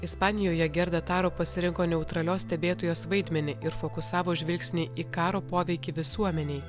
ispanijoje gerda taro pasirinko neutralios stebėtojos vaidmenį ir fokusavo žvilgsnį į karo poveikį visuomenei